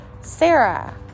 Sarah